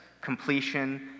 completion